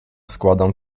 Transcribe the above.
składam